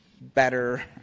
better